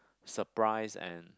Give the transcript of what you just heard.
surprise and